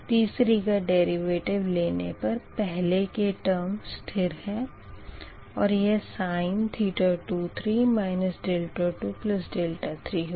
तीसरी का डेरिवेटिव लेने पर पहले के टर्म स्थिर है और यह sin 23 23 होगी